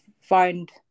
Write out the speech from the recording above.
find